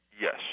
Yes